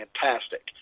fantastic